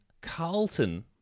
Carlton